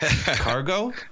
Cargo